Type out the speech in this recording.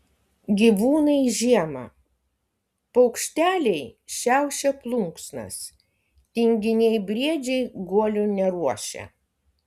gyvūnai žiemą paukšteliai šiaušia plunksnas tinginiai briedžiai guolių neruošia